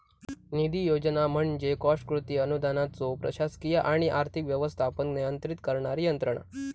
निधी योजना म्हणजे कॉस्ट कृती अनुदानाचो प्रशासकीय आणि आर्थिक व्यवस्थापन नियंत्रित करणारी यंत्रणा